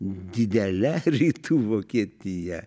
didele rytų vokietija